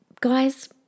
Guys